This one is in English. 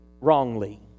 wrongly